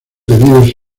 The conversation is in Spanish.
detenidos